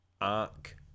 arc